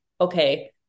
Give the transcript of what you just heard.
okay